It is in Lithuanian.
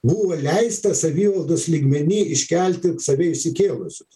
buvo leista savivaldos lygmeny iškelti save išsikėlusius